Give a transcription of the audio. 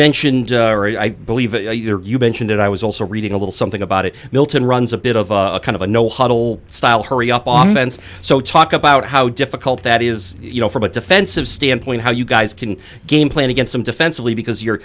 mentioned i believe your bench and it i was also reading a little something about it milton runs a bit of a kind of a no huddle style hurry up on the ends so talk about how difficult that is you know from a defensive standpoint how you guys can game plan against him defensively because you're